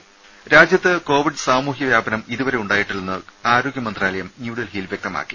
ടെടി രാജ്യത്ത് കോവിഡ് സാമുഹ്യ വ്യാപനം ഇതുവരെ ഉണ്ടായിട്ടില്ലെന്ന് ആരോഗ്യമന്ത്രാലയം ന്യൂഡൽഹിയിൽ വ്യക്തമാക്കി